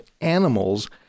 animals